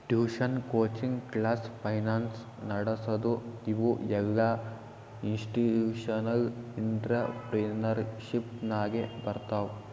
tuition, coaching class, finance ನಡಸದು ಇವು ಎಲ್ಲಾಇನ್ಸ್ಟಿಟ್ಯೂಷನಲ್ ಇಂಟ್ರಪ್ರಿನರ್ಶಿಪ್ ನಾಗೆ ಬರ್ತಾವ್